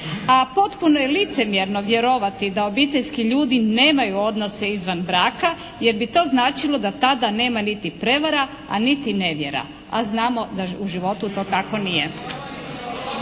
A potpuno je licemjerno vjerovati da obiteljski ljudi nemaju odnose izvan braka jer bi to značilo da tada nema niti prevara a niti nevjera. A znamo da u životu to tako nije.